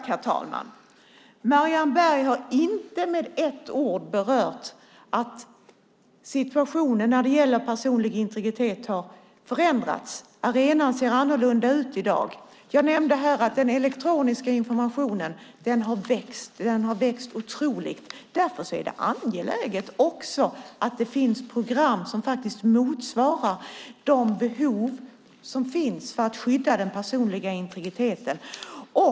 Herr talman! Marianne Berg har inte med ett ord berört att situationen när det gäller personlig integritet har förändrats. Arenan ser annorlunda ut i dag. Jag nämnde att den elektroniska informationen har vuxit. Den har vuxit otroligt. Därför är det angeläget också att det finns program som motsvarar de behov som finns för att skydda den personliga integriteten.